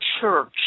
church